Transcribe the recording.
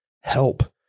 help